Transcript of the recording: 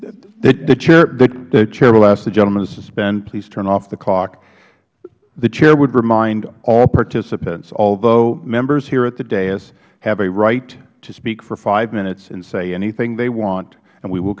ask the gentleman to suspend please turn off the clock the chair would remind all participants although members here at the dais have a right to speak for five minutes and say anything they want and we will